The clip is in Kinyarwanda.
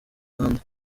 rwanda